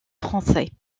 français